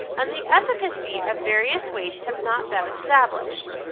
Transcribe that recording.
and the efficacy of various weights have not been established.